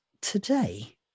today